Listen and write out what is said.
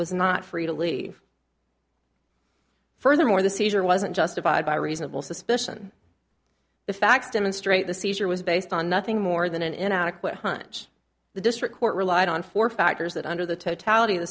was not free to leave furthermore the seizure wasn't justified by reasonable suspicion the facts demonstrate the seizure was based on nothing more than an inadequate hunch the district court relied on four factors that under the t